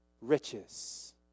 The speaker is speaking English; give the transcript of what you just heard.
riches